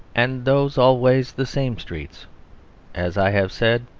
and those always the same streets as i have said,